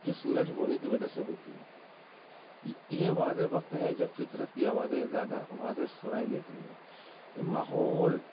جو سورج ہونے کی وجہ سے ہوتی ہے یہ واضح وقت ہے جب فطرت کی آوازیں زیادہ واضح سنائی دیتی ہیں یہ ماحول